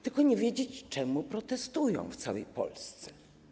Tylko nie wiedzieć czemu protestują w całej Polsce.